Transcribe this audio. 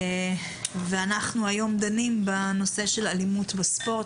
ואנחנו היום דנים בנושא אלימות בספורט,